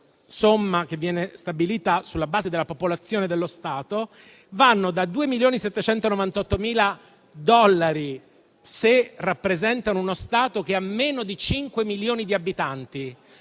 somma che viene stabilita sulla base della popolazione dello Stato e che parte da 2,798 milioni di dollari, se rappresentano uno Stato che ha meno di 5 milioni di abitanti